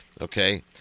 Okay